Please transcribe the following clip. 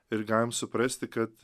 ir galim suprasti kad